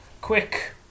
quick